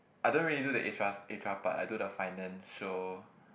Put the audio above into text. I don't really do the h_rs h_r part I do the financial